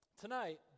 tonight